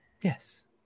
Yes